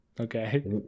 Okay